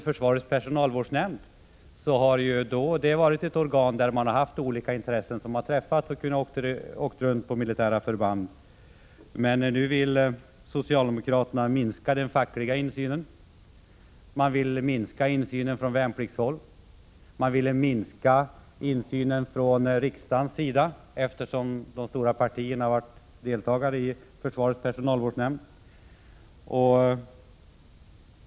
Försvarets personalvårdsnämnd har exempelvis varit ett organ där representanter för olika intressen träffats, och vederbörande har även kunnat åka runt till militära förband. Men nu vill socialdemokraterna minska den fackliga insynen. Man vill minska insynen från värnpliktshåll. Man vill minska insynen från riksdagens sida, eftersom de stora partierna varit representerade i försvarets personalvårdsnämnd.